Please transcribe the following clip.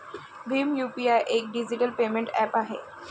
Bhim UPI एक digital payment app आहे